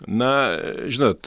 na žinot